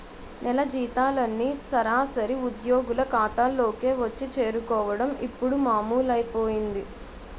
నెల జీతాలన్నీ సరాసరి ఉద్యోగుల ఖాతాల్లోకే వచ్చి చేరుకోవడం ఇప్పుడు మామూలైపోయింది